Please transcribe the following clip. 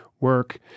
work